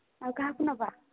ଆଉ କାହାକୁ ନେବା